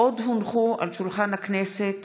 עוד הונחו על שולחן הכנסת